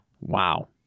Wow